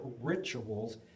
rituals